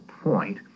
point